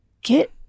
get